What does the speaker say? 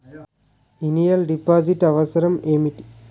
Initial deposit అవసరం ఏమిటి?